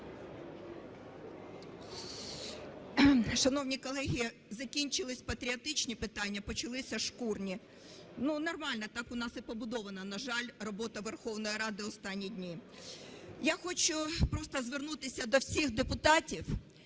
Шановні колеги, закінчилися патріотичні питання, почалися шкурні. Ну, нормально, так у нас і побудована, на жаль, робота Верховної Ради останні дні. Я хочу просто звернутися до всіх депутатів,